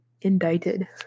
indicted